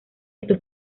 estos